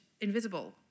invisible